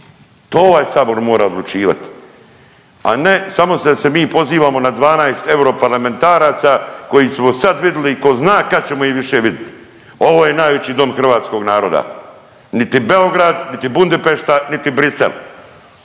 To ovaj Sabor mora odlučivati, a ne samo da se mi pozivamo na 12 europarlamentaraca koje smo sad vidjeli i tko zna kad ćemo ih više vidjeti. Ovo je najveći Dom hrvatskog naroda. Niti Beograd, niti Budimpešta, niti Bruxelles,